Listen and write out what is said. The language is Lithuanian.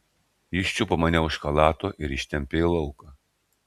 jis čiupo mane už chalato ir ištempė į lauką